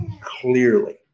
clearly